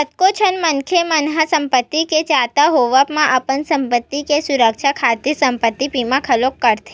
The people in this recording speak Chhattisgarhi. कतको झन मनखे मन ह संपत्ति के जादा होवब म अपन संपत्ति के सुरक्छा खातिर संपत्ति बीमा घलोक कराथे